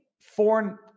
foreign